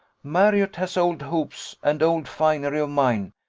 marriott has old hoops and old finery of mine,